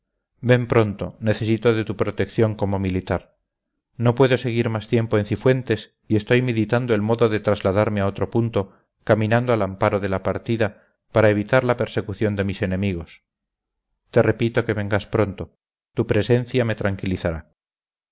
ven pronto necesito de tu protección como militar no puedo seguir más tiempo en cifuentes y estoy meditando el modo de trasladarme a otro punto caminando al amparo de la partida para evitar la persecución de mis enemigos te repito que vengas pronto tu presencia me tranquilizará